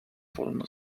wolno